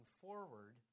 forward